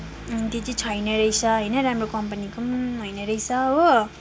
त्यो चाहिँ छैन रहेछ होइन राम्रो कोम्पानीको पनि होइन रहेछ हो